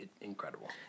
Incredible